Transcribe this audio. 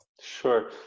Sure